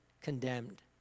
condemned